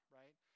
right